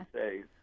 days